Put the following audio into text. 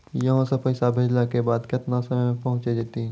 यहां सा पैसा भेजलो के बाद केतना समय मे पहुंच जैतीन?